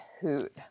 hoot